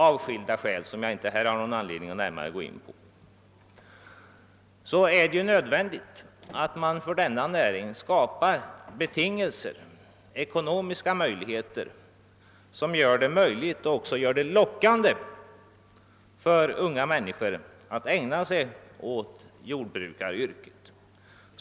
Men om 1967 års jordbruksbeslut skall kunna fullföljas är det nödvändigt att skapa sådana betingelser för jordbruket att det blir möjligt och även lockande för unga människor att ägna sig åt jordbruksyrket.